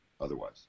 otherwise